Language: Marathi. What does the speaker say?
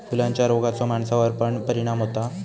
फुलांच्या रोगाचो माणसावर पण परिणाम होता